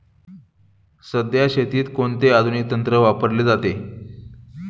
सध्या शेतीत कोणते आधुनिक तंत्र वापरले जाते?